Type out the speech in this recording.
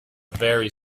very